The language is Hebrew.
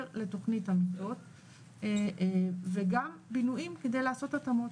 לתוכנית המיטות וגם בינויים כדי לעשות התאמות,